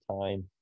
time